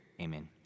Amen